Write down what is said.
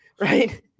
right